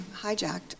hijacked